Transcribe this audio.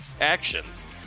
actions